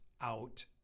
out